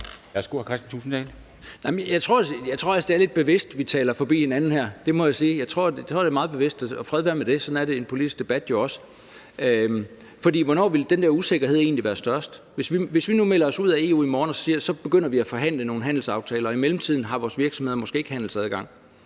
at det er lidt bevidst, vi taler forbi hinanden. Det må jeg sige. Jeg tror, det er meget bevidst, og fred være med det, sådan er det jo også i en politisk debat. Hvornår vil den usikkerhed egentlig være størst? Hvis vi nu melder os ud af EU i morgen og siger, at nu begynder vi at forhandle om nogle handelsaftaler, og i mellemtiden har vores virksomheder måske ikke handelsadgang,